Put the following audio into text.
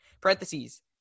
Parentheses